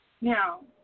Now